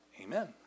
Amen